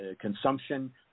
consumption